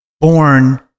born